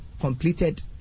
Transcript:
completed